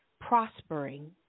prospering